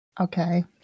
Okay